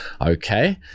okay